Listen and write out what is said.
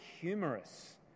humorous